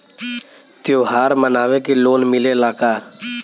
त्योहार मनावे के लोन मिलेला का?